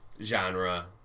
genre